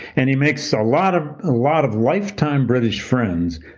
and he makes a lot of ah lot of lifetime british friends,